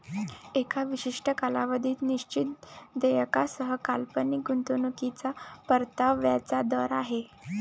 एका विशिष्ट कालावधीत निश्चित देयकासह काल्पनिक गुंतवणूकीच्या परताव्याचा दर आहे